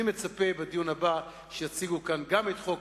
אני מצפה שבדיון הבא יציגו כאן גם את חוק